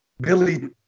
Billy